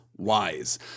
Wise